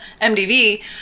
MDV